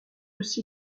aussi